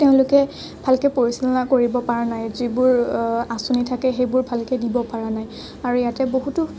তেওঁলোকে ভালকে পৰিচালনা কৰিব পৰা নাই যিবোৰ আঁচনি থাকে সেইবোৰ ভালকে দিব পৰা নাই আৰু ইয়াতে বহুতো